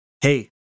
hey